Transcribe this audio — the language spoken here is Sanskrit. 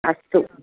अस्तु